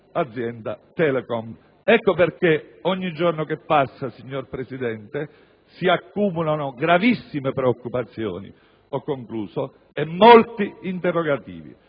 dell'azienda Telecom. Ecco perché ogni giorno che passa, signor Presidente, si accumulano gravissime preoccupazioni e molti interrogativi.